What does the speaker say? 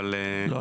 אבל --- לא,